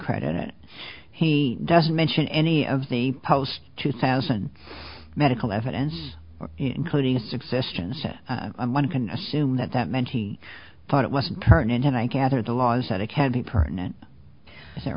credit he doesn't mention any of the post two thousand medical evidence including a subsistence one can assume that that meant he thought it wasn't turned into i gather the laws that it can be permanent is that